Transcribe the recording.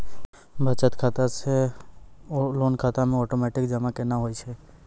बचत खाता से लोन खाता मे ओटोमेटिक जमा केना होय छै?